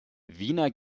wiener